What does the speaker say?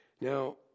Now